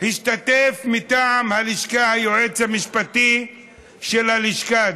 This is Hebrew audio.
השתתף מטעם הלשכה היועץ המשפטי של הלשכה,